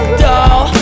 doll